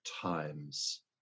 times